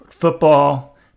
football